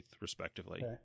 respectively